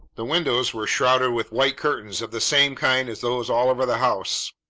the windows were shrouded with white curtains of the same kind as those all over the house,